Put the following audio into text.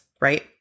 right